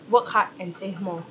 work hard and save more